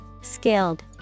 Skilled